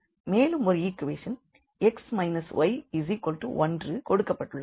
மேலும் ஒரு equation y1 கொடுக்கப்பட்டுள்ளது